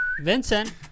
Vincent